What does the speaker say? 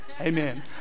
amen